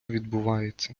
відбувається